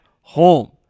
home